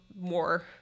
more